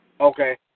Okay